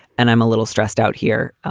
and i'm a little stressed out here.